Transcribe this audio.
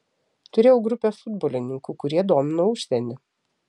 turėjau grupę futbolininkų kurie domino užsienį